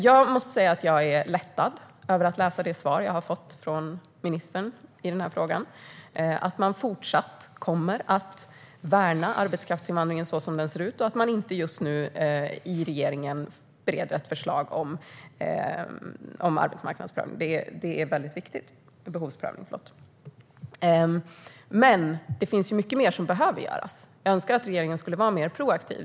Jag måste säga att jag är lättad över det svar jag har fått från ministern i denna fråga, att man kommer att fortsätta att värna arbetskraftsinvandringen så som den ser ut och att man inte just nu i regeringen bereder ett förslag om behovsprövning. Det är viktigt. Men det finns mycket mer som behöver göras, och jag önskar att regeringen vore mer proaktiv.